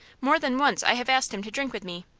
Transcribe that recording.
more than once i have asked him to drink with me,